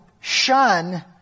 shun